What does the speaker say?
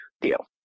deal